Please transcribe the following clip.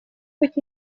быть